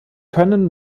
können